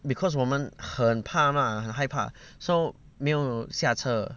because 我们很怕 mah 害怕 so 没有下车